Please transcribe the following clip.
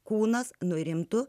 kūnas nurimtų